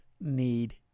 need